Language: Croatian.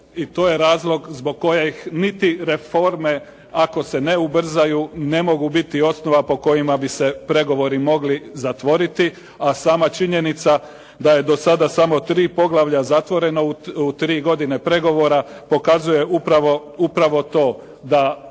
i to je razlog zbog kojeg niti reforme ako se ne ubrzaju ne mogu biti osnova po kojima bi se pregovori mogli zatvoriti. A sama činjenica da je do sada samo tri poglavlja zatvoreno u tri godine pregovora pokazuje upravo to da